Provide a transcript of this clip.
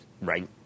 Right